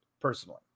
personally